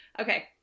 Okay